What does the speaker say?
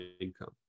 income